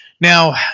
Now